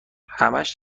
همش